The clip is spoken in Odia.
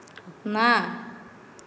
ନା